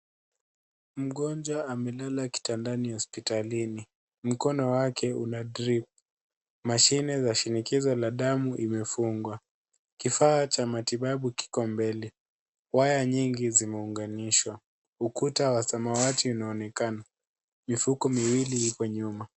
Mgonjwa amelala kitandani hospitalini. Mkono wake una drip mashine za shinikizo la damu imefungwa. Kifaa cha matibabu kiko mbele. Waya nyingi zimeunganishwa. Ukuta wa samawati unaonekana. Mifuko miwili ipo nyuma.